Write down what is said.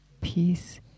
peace